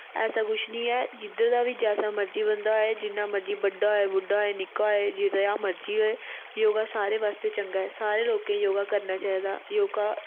ऐसा कुछ नेईं ऐ जिधर दा बी जैसा मर्जी बंदा होऐ जिना मर्जी बड्डा होऐ बुड्डा होऐ निक्के होऐ जनेहा मर्जी होऐ योग सारे बास्तै चंगा ऐ सारें लोकें योगा करना चाहिदा योगा